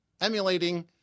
emulating